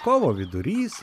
kovo vidurys